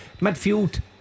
midfield